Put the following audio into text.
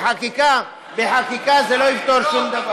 בחקיקה זה לא יפתור שום דבר.